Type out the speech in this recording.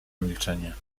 milczenie